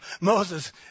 Moses